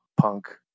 punk